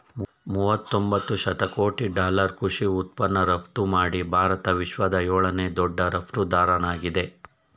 ಮೂವತೊಂಬತ್ತು ಶತಕೋಟಿ ಡಾಲರ್ ಕೃಷಿ ಉತ್ಪನ್ನ ರಫ್ತುಮಾಡಿ ಭಾರತ ವಿಶ್ವದ ಏಳನೇ ದೊಡ್ಡ ರಫ್ತುದಾರ್ನಾಗಿದೆ